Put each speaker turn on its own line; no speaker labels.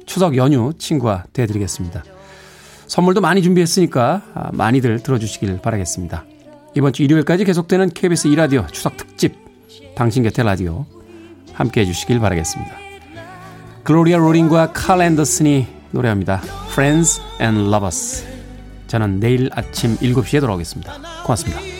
추석 연휴 친구와 돼 드리겠습니다. 선물도 많이 준비했으니까, 아, 많이들 들어주시길 바라겠습니다. 이번 주 일요일까지 계속되는 KBS 2라디오 추석 특집, 당신 곁의 라디오 함께해 주시길 바라겠습니다. 글로리아 로링과 칼 앤더슨이 노래합니다. Friends and Lovers. 저는 내일 아침 7시에 돌아오겠습니다. 고맙습니다.